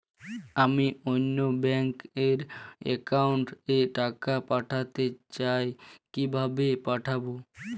আমি অন্য ব্যাংক র অ্যাকাউন্ট এ টাকা পাঠাতে চাই কিভাবে পাঠাবো?